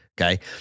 okay